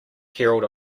herald